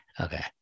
Okay